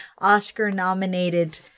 Oscar-nominated